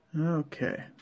Okay